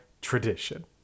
Tradition